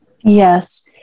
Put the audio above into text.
Yes